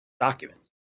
documents